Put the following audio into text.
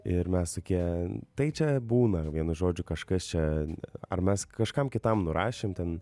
ir mes tokie tai čia būna vienu žodžiu kažkas čia ar mes kažkam kitam nurašėm ten